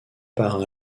part